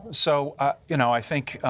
so you know, i think